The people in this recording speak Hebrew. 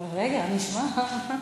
לא סיימתי,